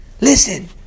listen